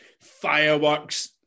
fireworks